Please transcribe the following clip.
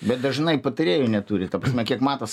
bet dažnai patarėjų neturi ta prasme kiek matos